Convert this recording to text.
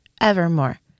Evermore